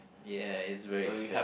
ya it's very expensive